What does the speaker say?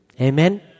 Amen